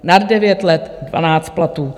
Nad devět let dvanáct platů.